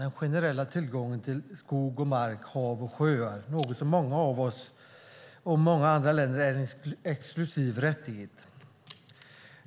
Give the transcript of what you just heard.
Den generella tillgången till skog, mark, hav och sjöar är något som jämfört med många andra länder är en exklusiv rättighet.